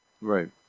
Right